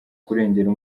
kurengera